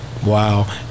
Wow